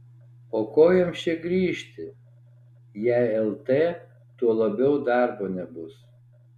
o ko jiems čia grįžti jei lt tuo labiau darbo nebus